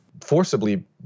forcibly